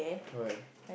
okay